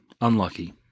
Unlucky